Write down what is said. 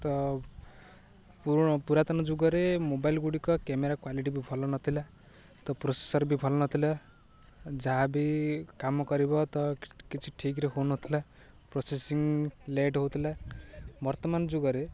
ତ ପୁରାତନ ଯୁଗରେ ମୋବାଇଲ ଗୁଡ଼ିକ କ୍ୟାମେରା କ୍ଵାଲିଟି ବି ଭଲ ନଥିଲା ତ ପ୍ରୋସେସର୍ ବି ଭଲ ନଥିଲା ଯାହା ବି କାମ କରିବ ତ କିଛି ଠିକ୍ରେ ହଉନଥିଲା ପ୍ରୋସେସିଂ ଲେଟ୍ ହେଉଥିଲା ବର୍ତ୍ତମାନ ଯୁଗରେ